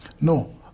No